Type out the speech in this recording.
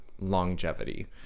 longevity